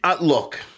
Look